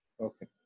Okay